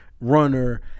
runner